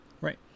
Right